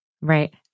Right